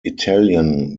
italian